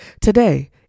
today